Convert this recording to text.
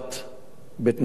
בתנאים מחמירים.